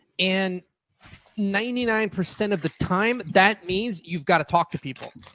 and ninety nine percent of the time that means you've got to talk to people.